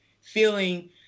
feeling